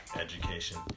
education